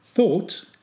thought